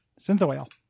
Synthoil